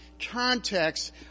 context